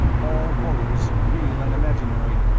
all horrors, real and imaginary,